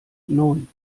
neun